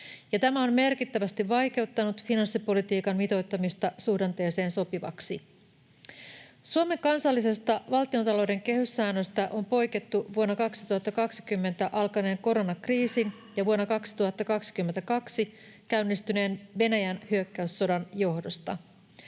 tämä on merkittävästi vaikeuttanut finanssipolitiikan mitoittamista suhdanteeseen sopivaksi. Suomen kansallisesta valtiontalouden kehyssäännöstä on poikettu vuonna 2020 alkaneen koronakriisin ja vuonna 2022 käynnistyneen Venäjän hyökkäyssodan johdosta.